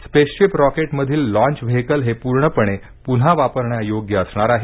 spaceship rocket मधील launch vehicle हे पूर्णपणे पुन्हा वापरण्यायोग्य असणार आहे